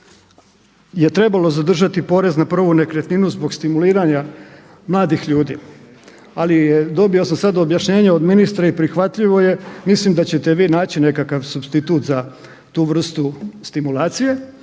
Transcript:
je trebalo zadržati porez na prvu nekretninu zbog stimuliranja mladih ljudi, ali dobio sam sad objašnjenje od ministra i prihvatljivo je. Mislim da ćete vi naći nekakav supstitut za tu vrstu stimulacije,